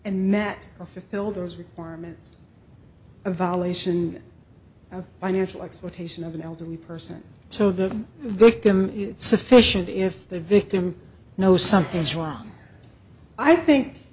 and met her fill those requirements a violation of financial exploitation of an elderly person so the victim is sufficient if the victim knows something is wrong i think